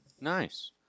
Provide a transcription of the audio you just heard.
Nice